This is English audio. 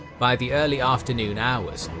by the early afternoon hours,